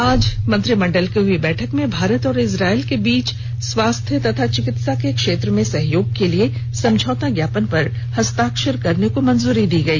आज मंत्रिमंडल की हई बैठक में भारत और इस्राइल के बीच स्वास्थ्य तथा चिकित्सा के क्षेत्र में सहयोग के लिए समझौता ज्ञापन पर हस्ताक्षर करने को भी मंजूरी दी गई